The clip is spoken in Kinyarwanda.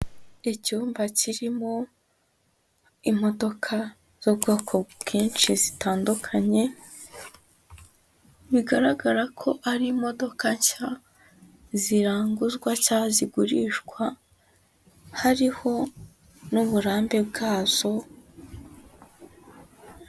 Icyumba kirimo imodoka z'ubwoko bwinshi zitandukanye, bigaragara ko ari imodoka nshya ziranguzwa cyangwa zigurishwa, hariho n'uburambe bwazo.